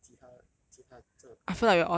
其他其他真的不可以 ah